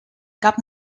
cap